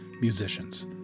musicians